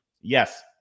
Yes